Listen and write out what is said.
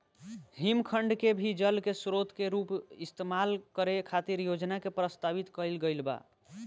हिमखंड के भी जल के स्रोत के रूप इस्तेमाल करे खातिर योजना के प्रस्तावित कईल गईल बा